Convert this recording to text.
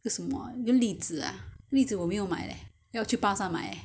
为什么要栗子 ah 栗子我没有买 leh 要去巴刹买